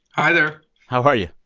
hi there how are you?